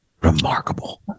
remarkable